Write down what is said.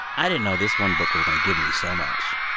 i didn't know this one book was going to give me so much,